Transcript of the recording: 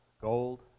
gold